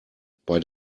bei